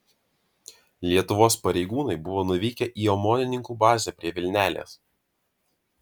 lietuvos pareigūnai buvo nuvykę į omonininkų bazę prie vilnelės